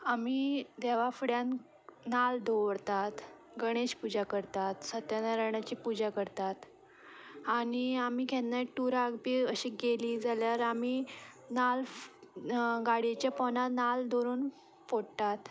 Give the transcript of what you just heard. आमी देवा फुड्यांत नाल्ल दवरतात गणेश पुजा करतात सत्यनारायणाची पुजा करतात आनी आमी केन्नाय टुराक बी अशीं गेलीं जाल्यार आमी नाल्ल गाड्येचे पोंदा नाल्ल दवरून फोडटात